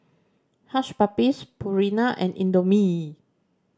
Hush Puppies Purina and Indomie